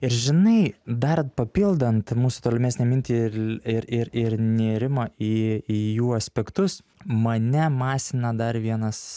ir žinai dar papildant mūs tolimesnę mintį irl ir ir ir nėrimą į į jų aspektus mane masina dar vienas